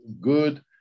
good